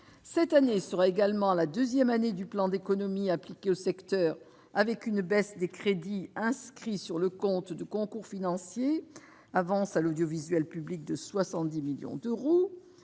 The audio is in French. matin. Elle sera également la deuxième année du plan d'économies appliqué au secteur, avec une baisse des crédits inscrits sur le compte de concours financiers « Avances à l'audiovisuel public » de 70 millions d'euros.